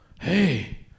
Hey